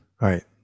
right